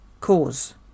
cause